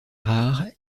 rares